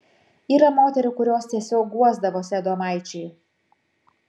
yra moterų kurios tiesiog guosdavosi adomaičiui